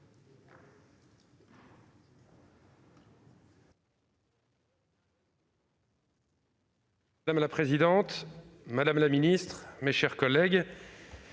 Madame la présidente, madame la ministre, mes chers collègues,